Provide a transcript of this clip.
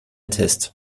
test